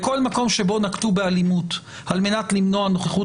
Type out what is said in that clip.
בכל מקום שבו נקטו באלימות על מנת למנוע נוכחות